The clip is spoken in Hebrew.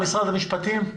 משרד המשפטים?